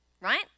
right